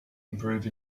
improve